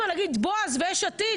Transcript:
-- בוועדת העלייה והקליטה,